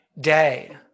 day